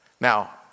Now